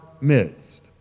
midst